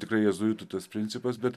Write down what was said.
tikrai jėzuitų tas principas bet